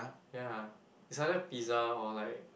ya it's either pizza or like